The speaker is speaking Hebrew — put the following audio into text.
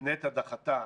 נת"ע דחתה